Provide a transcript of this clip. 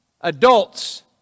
adults